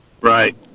right